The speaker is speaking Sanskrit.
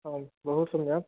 आं बहुसम्यक्